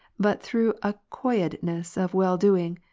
but through a cloyedness of welldoing,